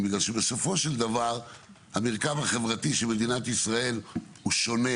בגלל שבסופו של דבר המרקם החברתי של מדינת ישראל הוא שונה